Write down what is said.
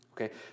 okay